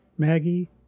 Maggie